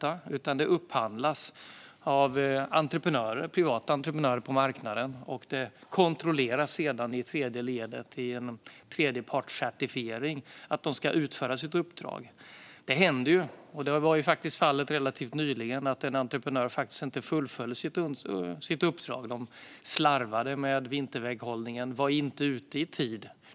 Detta upphandlas av entreprenörer på den privata marknaden, och det kontrolleras genom tredjepartscertifiering att de utför sitt uppdrag. Det händer att en entreprenör inte fullföljer sitt uppdrag. Det var fallet relativt nyligen att man slarvade med vinterväghållningen och inte var ute i tid.